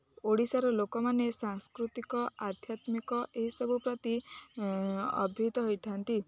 ଓଡ଼ିଶାର ଲୋକମାନେ ସାଂସ୍କୃତିକ ଆଧ୍ୟାତ୍ମିକ ଏହିସବୁ ପ୍ରତି ଅଭିଭୂତ ହୋଇଥାନ୍ତି